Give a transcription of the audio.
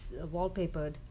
wallpapered